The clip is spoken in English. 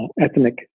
ethnic